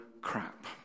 crap